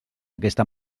aquesta